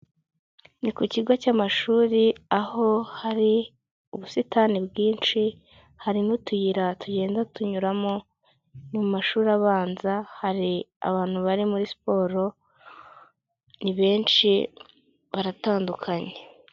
Ni ku kigo cy'amashuri aho hari ubusitani bwinshi, hari n'utuyira tugenda tunyuramo ni mu mashuri abanza, hari abantu bari muri siporo ni benshi baratandukanye.